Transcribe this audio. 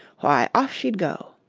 why, off she'd go.